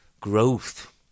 growth